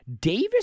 Davis